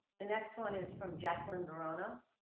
the next one is from jacqueline vorona.